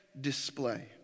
display